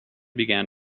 began